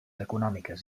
econòmiques